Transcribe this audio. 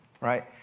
Right